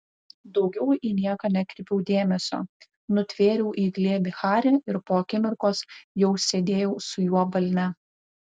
daugiau į nieką nekreipiau dėmesio nutvėriau į glėbį harį ir po akimirkos jau sėdėjau su juo balne